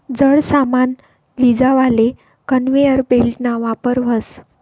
जड सामान लीजावाले कन्वेयर बेल्टना वापर व्हस